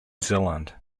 zealand